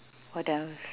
what else